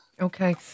Okay